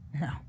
No